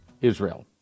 Israel